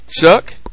Chuck